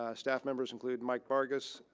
ah staff members include mike vargas.